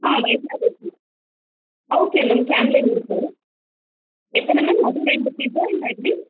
ஆ whitener இருக்குது okay ma'am Camlin இருக்குது எத்தனை மேம் அதுவும் ரெண்டு பீஸா இல்லை எப்படி